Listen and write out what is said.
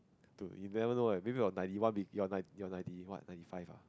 dude you never know eh maybe you were ninety one big your nine your ninety what ninety five ah